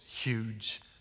huge